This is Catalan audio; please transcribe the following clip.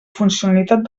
funcionalitat